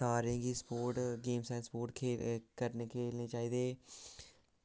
सारें गी sport games and sport खे करने खेलने चाहिदे